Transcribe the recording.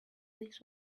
this